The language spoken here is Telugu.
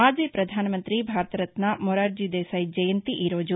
మాజీ పధానమంతి భారతరత్న మొరార్టీ దేశాయ్ జయంతి ఈ రోజు